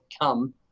come